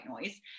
noise